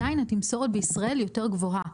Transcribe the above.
התמסורת בישראל עדיין יותר גבוהה.